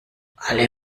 alle